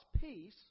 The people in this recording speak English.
peace